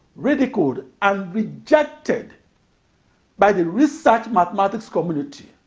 ridiculed, and rejected by the research mathematics community.